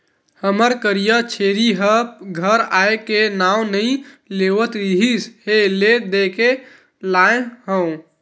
हमर करिया छेरी ह घर आए के नांव नइ लेवत रिहिस हे ले देके लाय हँव